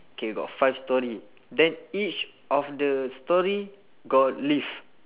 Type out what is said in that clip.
K got five storey then each of the storey got lift